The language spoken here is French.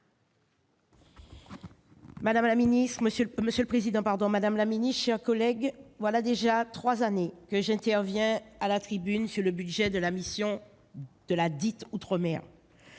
madame la ministre, mes chers collègues, voilà déjà trois années que j'interviens à la tribune sur le budget de la mission de ladite « Outre-mer